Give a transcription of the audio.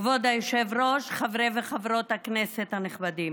כבוד היושב-ראש, חברי וחברות הכנסת הנכבדים,